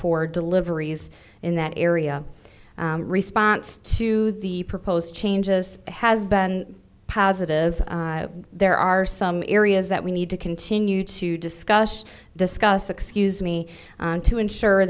four deliveries in that area response to the proposed changes has been positive there are some areas that we need to continue to discuss discuss excuse me to ensure